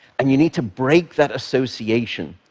and you need to break that association.